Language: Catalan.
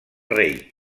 rei